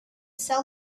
sell